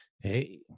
Hey